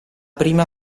prima